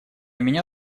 меня